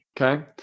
Okay